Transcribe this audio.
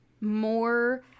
more